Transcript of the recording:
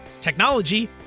technology